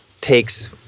takes